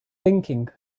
thinking